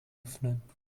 öffnen